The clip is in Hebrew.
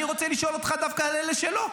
אני רוצה לשאול אותך דווקא על אלה שלא.